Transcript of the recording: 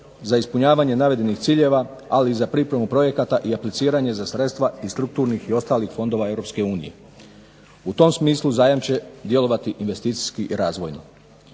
za ispunjavanje navedenih ciljeva, ali i za pripremu projekata i apliciranje za sredstva iz strukturnih i ostalih fondova Europske unije. U tom smislu zajamče djelovati investicijski razvoj.